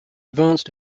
advanced